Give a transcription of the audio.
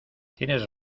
tienes